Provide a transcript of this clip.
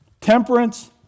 Temperance